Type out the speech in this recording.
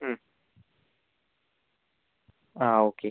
മ് ആ ഓക്കെ